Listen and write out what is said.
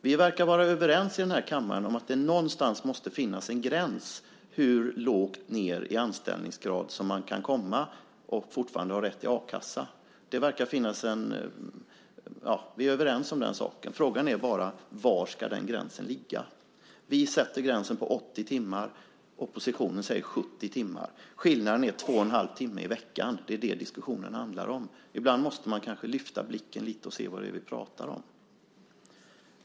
Vi verkar vara överens här i kammaren om att det måste finnas en gräns någonstans för hur lågt ned i anställningsgrad som man kan komma och fortfarande ha rätt till a-kassa. Vi är överens om den saken. Frågan är bara var den gränsen ska gå. Vi sätter gränsen vid 80 timmar. Oppositionen säger 70 timmar. Skillnaden är 2 1⁄2 timme i veckan. Det är det diskussionen handlar om. Ibland måste man kanske lyfta blicken lite och se vad det är vi pratar om.